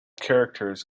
characters